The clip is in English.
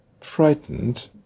frightened